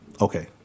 okay